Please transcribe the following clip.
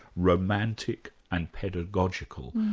romantic and pedagogical.